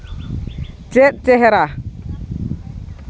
ᱪᱮᱫ ᱪᱮᱦᱨᱟ